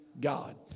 God